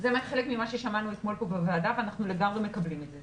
זה חלק ממה ששמענו אתמול בוועדה ואנחנו לגמרי מקבלים את זה.